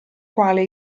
quale